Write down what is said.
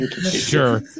sure